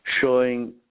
showing